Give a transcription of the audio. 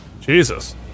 Jesus